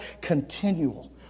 Continual